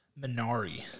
Minari